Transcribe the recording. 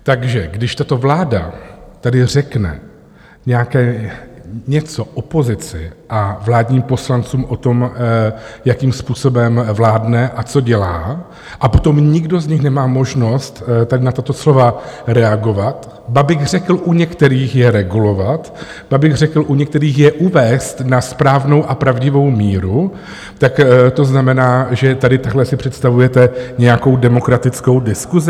Takže když tato vláda tady řekne něco opozici a vládním poslancům o tom, jakým způsobem vládne a co dělá, a potom nikdo z nich nemá možnost na tato slova reagovat, ba bych řekl u některých je regulovat, ba bych řekl u některých je uvést na správnou a pravdivou míru, tak to znamená, že takhle si představujete nějakou demokratickou diskusi?